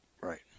Right